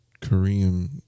Korean